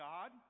God